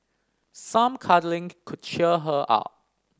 some cuddling could cheer her up